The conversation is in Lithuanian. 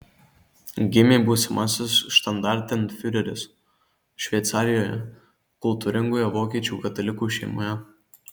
gimė būsimasis štandartenfiureris šveicarijoje kultūringoje vokiečių katalikų šeimoje